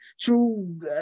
true